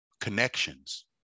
Connections